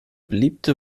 beliebte